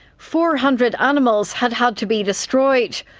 four hundred animals had had to be destroyed.